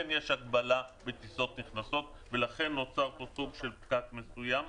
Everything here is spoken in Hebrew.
יש הגבלה בטיסות נכנסות ולכן נוצר פה סוג של פקק מסוים.